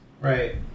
Right